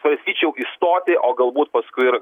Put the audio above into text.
svarstyčiau įstoti o galbūt paskui ir